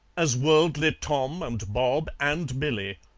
as worldly tom, and bob, and billy.